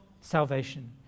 salvation